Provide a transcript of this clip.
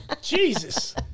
Jesus